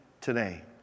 today